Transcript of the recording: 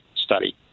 study